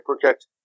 project